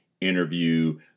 interview